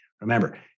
Remember